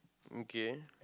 okay